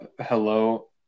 hello